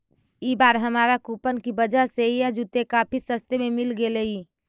ई बार हमारा कूपन की वजह से यह जूते काफी सस्ते में मिल गेलइ